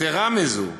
יתרה מזאת,